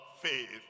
faith